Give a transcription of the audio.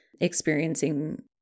experiencing